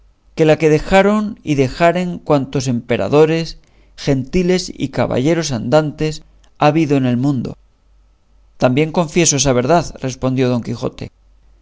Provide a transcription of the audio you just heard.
que la que dejaron y dejaren cuantos emperadores gentiles y caballeros andantes ha habido en el mundo también confieso esa verdad respondió don quijote